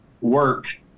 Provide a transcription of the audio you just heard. work